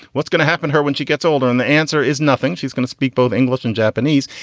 what's going to happen her when she gets older? and the answer is nothing. she's going to speak both english and japanese.